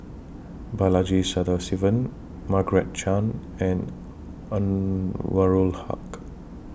Balaji Sadasivan Margaret Chan and Anwarul Haque